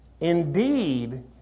Indeed